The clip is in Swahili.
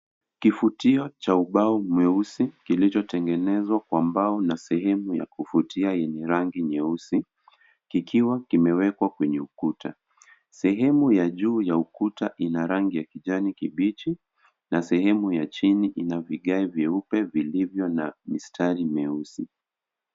Kifutio cha ubao mweusi kilichotengenezwa kwa mbao na sehemu ya kufutia yenye rangi nyeusi kikiwa kimewekwa kwenye ukuta. sehemu ya juu ya ukuta ina rangi ya kijani kibichi na sehemu ya chini ina vigae vyeupe vilivyo na mistari meusi.